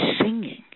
singing